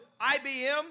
IBM